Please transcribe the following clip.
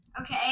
Okay